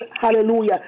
hallelujah